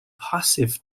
passive